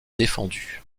défendue